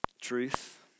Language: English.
truth